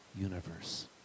universe